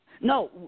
No